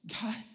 God